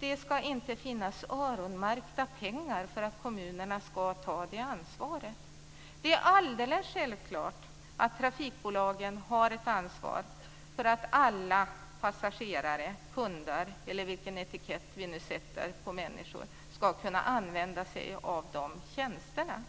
Det ska inte finnas öronmärkta pengar för att kommunerna ska ta det ansvaret. Det är alldeles självklart att trafikbolagen har ett ansvar för att alla passagerare, kunder, eller vilken etikett vi nu sätter på människor, ska kunna använda sig av de tjänsterna.